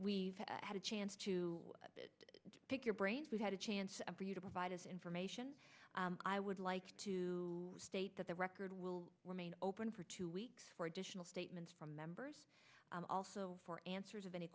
we had a chance to pick your brains we had a chance for you to provide us information i would like to state that the record will remain open for two weeks for additional statements from members also for answers of any